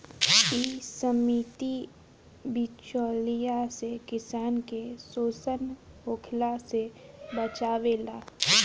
इ समिति बिचौलियों से किसान के शोषण होखला से बचावेले